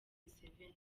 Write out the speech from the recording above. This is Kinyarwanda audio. museveni